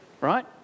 right